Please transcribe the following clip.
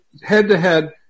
Head-to-head